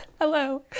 hello